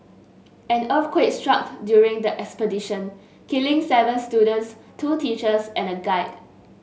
an earthquake struck during the expedition killing seven students two teachers and a guide